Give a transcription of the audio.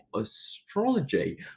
astrology